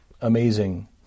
Amazing